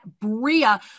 Bria